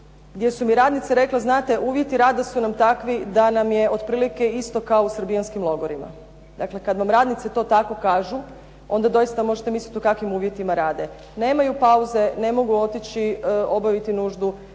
gdje su mi radnice rekle znate uvjeti rada su nam takvi da nam je otprilike isto kao u srbijanskim logorima. Dakle, kad vam radnici to tako kažu onda doista možete misliti u kakvim uvjetima rade. Nemaju pauze, ne mogu otići obaviti nuždu,